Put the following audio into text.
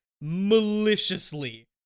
maliciously